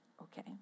okay